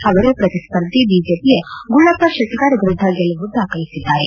ಅವರು ಪ್ರತಿಸ್ಪರ್ಧಿ ಬಿಜೆಪಿಯ ಗೂಳಪ್ಪ ಶೆಟಗಾರ ವಿರುದ್ದ ಗೆಲುವು ದಾಖಲಿಸಿದ್ದಾರೆ